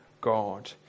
God